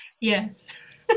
Yes